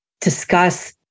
discuss